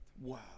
Wow